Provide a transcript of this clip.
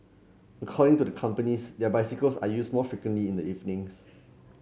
according to the companies their bicycles are used more frequently in the evenings